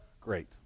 great